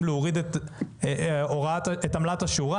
אם זה להוריד את עמלת השורה,